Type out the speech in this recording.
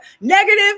negative